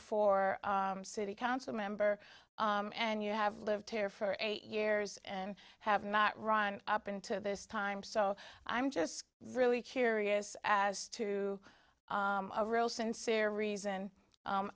for city council member and you have lived here for eight years and have not run up into this time so i'm just really curious as to a real sincere reason